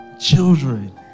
Children